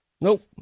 nope